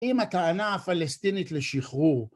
אם הטענה הפלסטינית לשחרור,